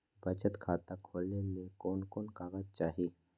बचत खाता खोले ले कोन कोन कागज चाही?